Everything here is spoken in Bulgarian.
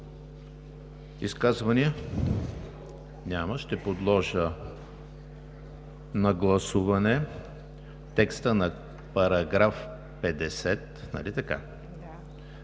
Изказвания? Няма. Ще подложа на гласуване текста на § 50,